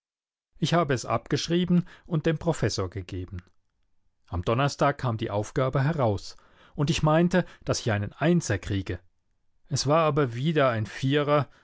ich habe es abgeschrieben und dem professor gegeben am donnerstag kam die aufgabe heraus und ich meinte daß ich einen einser kriege es war aber wieder ein vierer